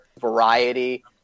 Variety